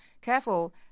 careful